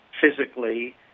physically